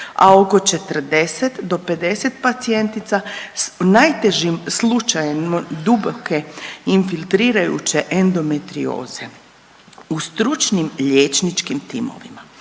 a oko 40 do 50 pacijentica s najtežim slučajem duboke infiltrirajuće endometrioze. U stručnim liječničkim timovima,